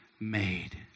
made